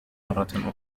مرة